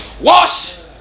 wash